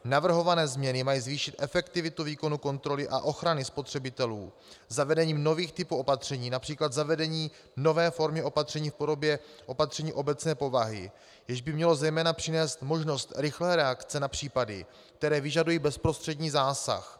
Navrhované změny mají zvýšit efektivitu výkonu kontroly a ochrany spotřebitelů zavedením nových typů opatření, například zavedením nové formy opatření v podobě opatření obecné povahy, jež by mělo zejména přinést možnost rychlé reakce na případy, které vyžadují bezprostřední zásah.